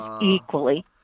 equally